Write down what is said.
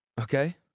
Okay